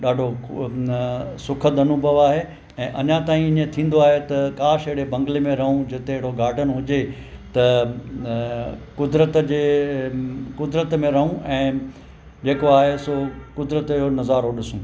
ॾाढो उहो न सुखद अनुभव आहे ऐं अञा ताईं ईअं थींदो आहे काश अहिड़े बंगले मे रहूं जिते अहिड़ो गार्डन हुजे त कुदरत जे कुदरत में रहूं ऐं जेको आहे सो कुदरत यो नज़ारो ॾिसूं